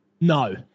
No